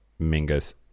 Mingus